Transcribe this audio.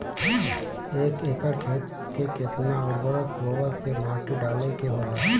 एक एकड़ खेत में के केतना उर्वरक बोअत के माटी डाले के होला?